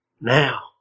Now